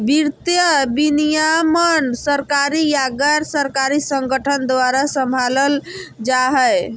वित्तीय विनियमन सरकारी या गैर सरकारी संगठन द्वारा सम्भालल जा हय